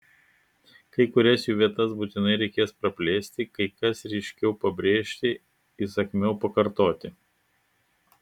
kai kurias jų vietas būtinai reikės praplėsti kai kas ryškiau pabrėžti įsakmiau pakartoti